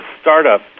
startup